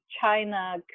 China